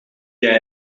jij